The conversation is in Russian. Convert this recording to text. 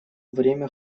время